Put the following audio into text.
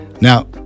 Now